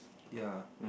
ya